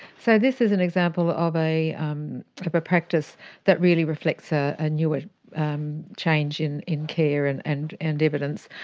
so this is an example of a um of a practice that really reflects a ah newer um change in in care and and and evidence,